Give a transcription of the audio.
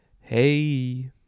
hey